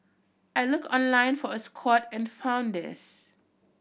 I looked online for a squat and found this